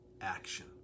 action